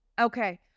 Okay